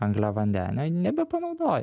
angliavandenio ji nebepanaudoja